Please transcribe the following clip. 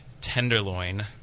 tenderloin